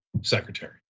secretary